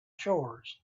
chores